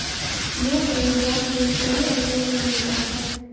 plumeria फूल कई रंगो में मिलता है